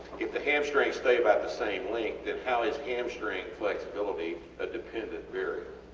if the hamstring stay about the same length then how is hamstring flexibility a dependant variable?